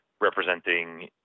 representing